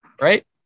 Right